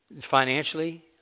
Financially